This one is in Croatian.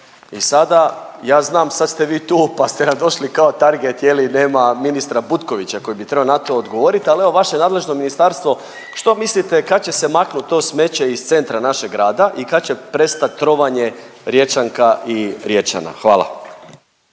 i sada, ja znam, sad ste vi tu pa ste nam došli kao target, je li, nema ministra Butkovića koji bi trebao na to odgovoriti, ali evo, vaše nadležno ministarstvo, što mislite, kad će se maknuti to smeće iz centra našeg grada i kad će prestati trovanje Riječanka i Riječana? Hvala.